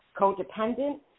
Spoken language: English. codependent